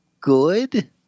good